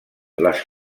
les